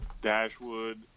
dashwood